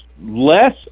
less